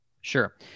Sure